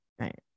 Right